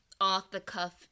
off-the-cuff